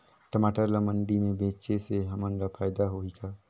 टमाटर ला मंडी मे बेचे से हमन ला फायदा होही का?